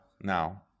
now